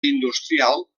industrial